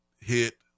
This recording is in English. hit